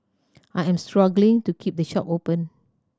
I am struggling to keep the shop open